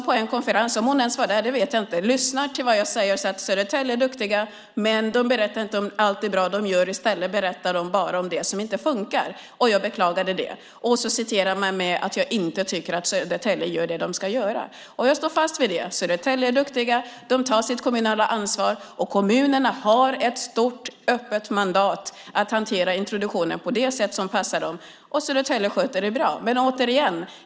På en konferens lyssnar hon till vad jag säger - jag vet inte ens om hon var där - om att de i Södertälje är duktiga. Men de berättar inte om allt bra de gör. I stället berättar de om det som inte funkar. Jag beklagade det. Sedan citerar man mig som att jag inte tycker att de i Södertälje gör det de ska göra. Jag står fast vid att de är duktiga i Södertälje och tar sitt kommunala ansvar. Kommunerna har ett stort öppet mandat att hantera introduktionen på det sätt som passar dem, och Södertälje sköter det bra.